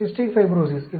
cystic fibrosis